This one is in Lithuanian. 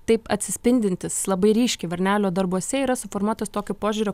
taip atsispindintis labai ryškiai varnelio darbuose yra suformuotas tokiu požiūriu